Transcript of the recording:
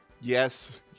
Yes